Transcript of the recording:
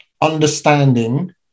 understanding